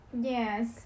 Yes